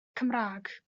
cymraeg